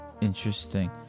Interesting